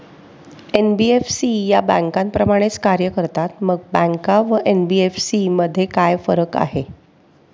NBFC या बँकांप्रमाणेच कार्य करतात, मग बँका व एन.बी.एफ.सी मध्ये काय फरक आहे?